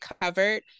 covered